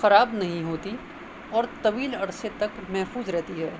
خراب نہیں ہوتی اور طویل عرصے تک محفوظ رہتی ہے